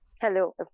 Hello